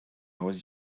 was